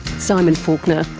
simon faulkner,